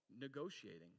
negotiating